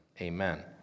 amen